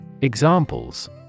Examples